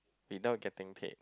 without getting paid